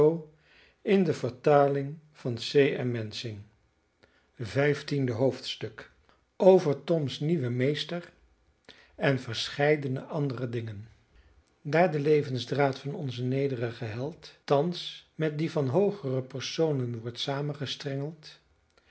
over toms nieuwen meester en verscheidene andere dingen daar de levensdraad van onzen nederigen held thans met dien van hoogere personen wordt samengestrengeld